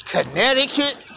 Connecticut